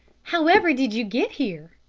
however did you get here?